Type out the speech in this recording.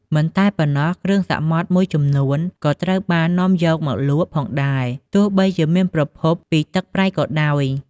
មិនតែប៉ុណ្ណោះ គ្រឿងសមុទ្រមួយចំនួនក៏ត្រូវបាននាំយកមកលក់ផងដែរ ទោះបីជាមានប្រភពពីទឹកប្រៃក៏ដោយ។